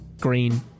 green